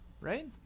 right